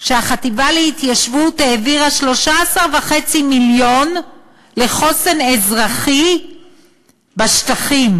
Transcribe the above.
שהחטיבה להתיישבות העבירה 13.5 מיליון לחוסן אזרחי בשטחים.